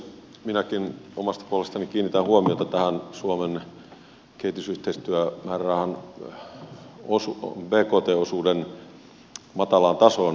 minäkin omasta puolestani kiinnitän huomiota tähän suomen kehitysyhteistyömäärärahan bkt osuuden matalaan tasoon